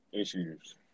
issues